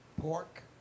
Pork